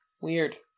Weird